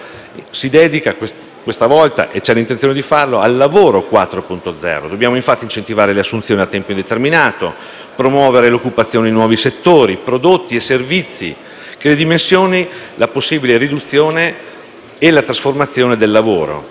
è dedicato questa volta (c'è l'intenzione di farlo) al lavoro 4.0. Dobbiamo infatti incentivare le assunzioni a tempo indeterminato e promuovere l'occupazione in nuovi settori, prodotti e servizi che ridimensioni la possibile riduzione e la trasformazione del lavoro.